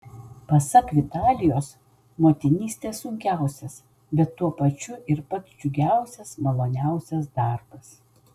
pasak vitalijos motinystė sunkiausias bet tuo pačiu ir pats džiugiausias maloniausias darbas